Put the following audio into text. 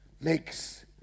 makes